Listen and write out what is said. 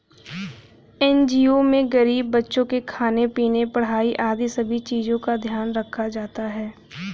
NGO में गरीब बच्चों के खाने पीने, पढ़ाई आदि सभी चीजों का ध्यान रखा जाता है